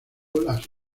las